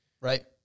Right